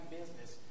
business